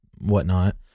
whatnot